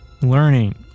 learning